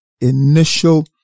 initial